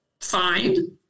fine